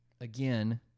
again